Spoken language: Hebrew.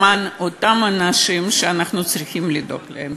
למען אותם אנשים שאנחנו צריכים לדאוג להם.